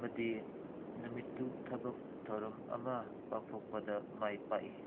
ꯑꯃꯗꯤ ꯅꯨꯃꯤꯠꯇꯨ ꯊꯕꯛ ꯊꯧꯔꯝ ꯑꯃ ꯄꯥꯡꯊꯣꯛꯄꯗ ꯃꯥꯏ ꯄꯥꯛꯏ